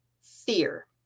fear